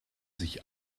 sich